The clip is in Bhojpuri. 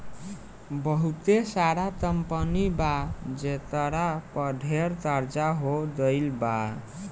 बहुते सारा कंपनी बा जेकरा पर ढेर कर्ज हो गइल बा